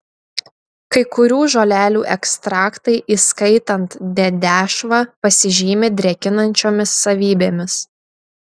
kai kurių žolelių ekstraktai įskaitant dedešvą pasižymi drėkinančiomis savybėmis